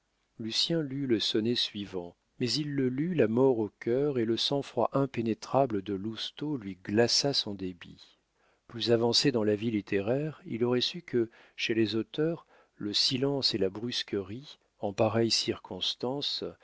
le journaliste lucien lut le sonnet suivant mais il le lut la mort au cœur et le sang-froid impénétrable de lousteau lui glaça son débit plus avancé dans la vie littéraire il aurait su que chez les auteurs le silence et la brusquerie en pareille circonstance